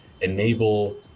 enable